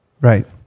Right